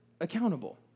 accountable